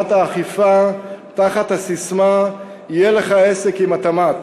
להגברת האכיפה תחת הססמה "יהיה לך עסק עם התמ"ת".